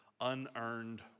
unearned